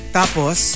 tapos